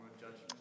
judgment